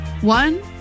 One